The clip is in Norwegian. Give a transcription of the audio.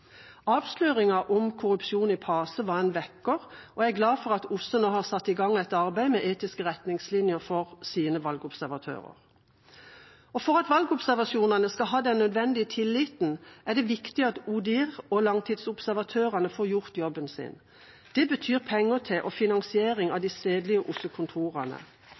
Avsløringen om korrupsjon i PACE var en vekker, og jeg er glad for at OSSE nå har satt i gang et arbeid med etiske retningslinjer for sine valgobservatører. For at valgobservasjonene skal ha den nødvendige tilliten er det viktig at ODIHR og langtidsobservatørene får gjort jobben sin. Det betyr penger til og finansiering av de stedlige